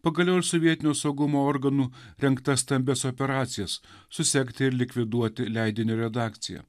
pagaliau ir sovietinių saugumo organų rengta stambias operacijas susekti ir likviduoti leidinio redakciją